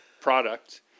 product